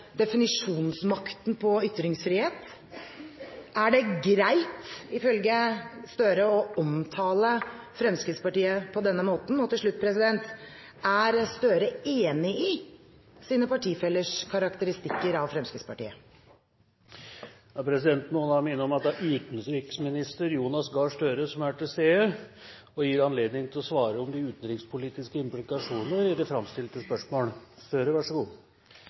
definisjonsmakten på ytringsfrihet? Er det greit, ifølge Støre, å omtale Fremskrittspartiet på denne måten? Og til slutt: Er Støre enig i sine partifellers karakteristikker av Fremskrittspartiet? Presidenten vil minne om at det er utenriksminister Jonas Gahr Støre som er til stede og gis anledning til å svare på utenrikspolitiske implikasjoner i det framstilte spørsmål.